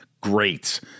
Great